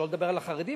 שלא לדבר על החרדים.